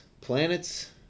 planets